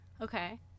Okay